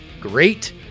great